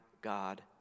God